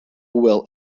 will